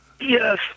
Yes